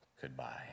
goodbye